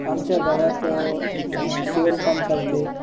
आमच्या गावात शिवनकाम चालते